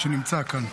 מי שנמצא כאן,